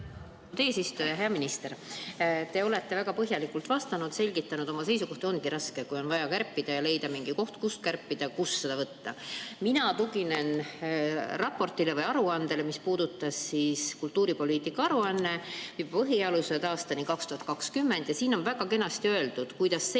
eesistuja! Hea minister! Te olete väga põhjalikult vastanud ja selgitanud oma seisukohti. Ongi raske, kui on vaja kärpida ja leida mingi koht, kust kärpida, kust raha ära võtta. Mina tuginen raportile või aruandele, mis puudutas kultuuripoliitika põhialuseid aastani 2020. Siin on väga kenasti öeldud, kuidas selle